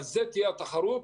על זה תהיה התחרות,